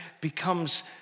becomes